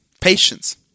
Patience